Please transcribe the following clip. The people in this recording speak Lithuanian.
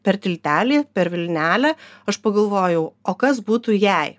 per tiltelį per vilnelę aš pagalvojau o kas būtų jei